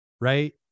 right